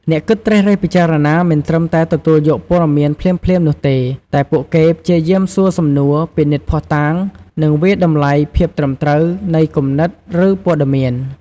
អ្នកគិតត្រិះរិះពិចារណា មិនត្រឹមតែទទួលយកព័ត៌មានភ្លាមៗនោះទេ តែពួកគេព្យាយាម សួរសំណួរ ពិនិត្យភស្តុតាង និងវាយតម្លៃភាពត្រឹមត្រូវ នៃគំនិត ឬព័ត៌មាន។